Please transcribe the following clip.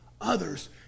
Others